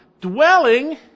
dwelling